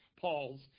Paul's